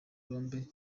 colombe